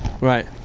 Right